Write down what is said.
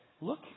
Look